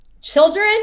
children